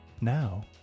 Now